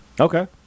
Okay